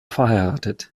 verheiratet